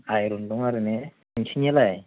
iron दं आरो ने नोंसोरनियालाय